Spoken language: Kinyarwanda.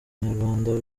nyarwanda